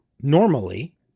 normally